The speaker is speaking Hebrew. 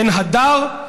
אין הדר.